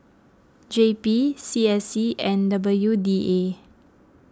J P C S C and W D A